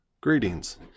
Greetings